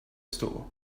store